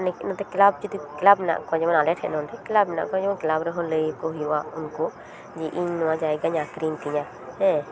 ᱱᱚᱛᱮ ᱠᱞᱟᱵ ᱡᱩᱫᱤ ᱠᱞᱟᱵ ᱦᱮᱱᱟᱜ ᱠᱚᱣᱟ ᱡᱮᱢᱚᱱ ᱟᱞᱮ ᱴᱷᱮᱱ ᱱᱚᱰᱮ ᱠᱞᱟᱵ ᱦᱮᱱᱟᱜ ᱠᱚᱣᱟ ᱡᱮᱢᱚᱱ ᱠᱞᱟᱵ ᱨᱮᱦᱚᱸ ᱞᱟᱹᱭ ᱦᱩᱭᱩᱜᱼᱟ ᱩᱱᱠᱩ ᱡᱮ ᱤᱧ ᱱᱚᱣᱟ ᱡᱟᱭᱜᱟᱧ ᱟᱹᱠᱷᱟᱨᱤᱧ ᱛᱤᱧᱟᱹ ᱦᱮᱸ